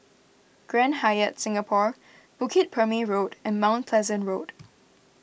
Grand Hyatt Singapore Bukit Purmei Road and Mount Pleasant Road